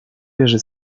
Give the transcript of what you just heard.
wierzy